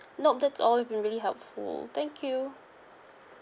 nope that's all you've been really helpful thank you